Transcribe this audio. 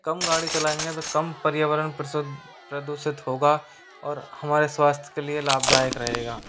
कम गाड़ी चलाएंगे तो कम पर्यावरण परषुद प्रदूषित होगा और हमारे स्वास्थ्य के लिए लाभदायक रहेगा